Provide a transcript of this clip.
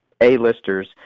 A-listers